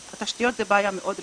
אז תשתיות זו בעיה מאוד רצינית.